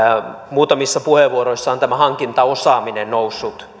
muutamissa puheenvuoroissa on hankintaosaaminen noussut